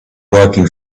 working